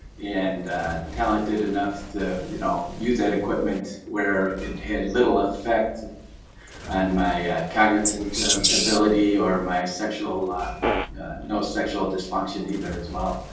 and talented enough to you know use that equipment where it had little effect on and my cognizant ability or my sexual ah no sexual dysfunction either as well.